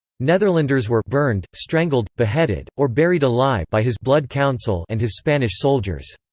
netherlanders were burned, strangled, beheaded, or buried alive by his blood council and his spanish soldiers.